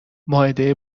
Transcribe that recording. مائده